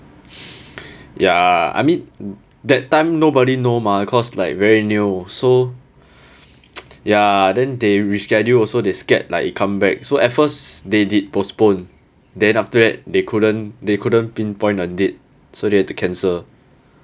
ya I mean that time nobody know mah cause like very new so ya then they reschedule also they scared like it come back so at first they did postpone then after that they couldn't they couldn't pinpoint a date so that had to cancel